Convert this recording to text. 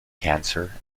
cancer